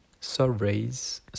Surveys